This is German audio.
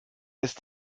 ist